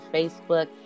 Facebook